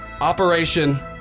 Operation